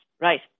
right